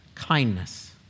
kindness